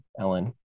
Ellen